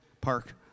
park